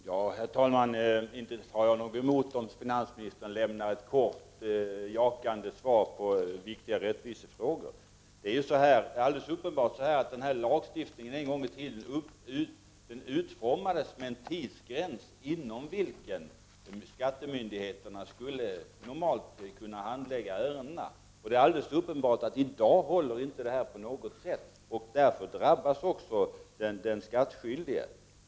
Herr talman! Jag har ingenting emot om finansministern lämnar ett kort jakande svar på viktiga rättvisefrågor. Men det är alldeles uppenbart att den här lagstiftningen en gång i tiden utformades med en tidsgräns inom vilken skattemyndigheterna normalt skulle kunna handlägga ärenden. Det är alldeles uppenbart att detta i dag inte på något sätt håller, och därför drabbas också den skattskyldige.